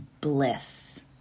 bliss